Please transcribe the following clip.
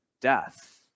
death